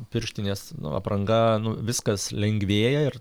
pirštinės apranga nu viskas lengvėja ir